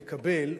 מקבל מחיילים,